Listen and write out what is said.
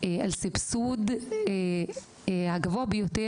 רק מבחינת הסבסוד הכי גבוה,